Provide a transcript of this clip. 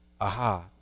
aha